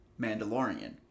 Mandalorian